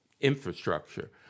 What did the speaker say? infrastructure